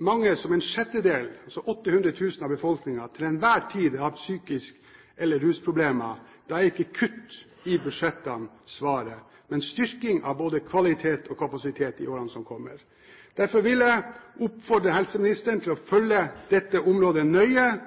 mange som en sjettedel – altså 800 000 – av befolkningen til enhver tid har psykiske problemer eller rusproblemer, er ikke kutt i budsjettene svaret, men en styrking av både kvalitet og kapasitet i årene som kommer. Derfor vil jeg oppfordre helseministeren til å følge dette området svært nøye